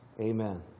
Amen